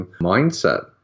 mindset